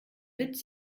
witz